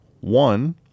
One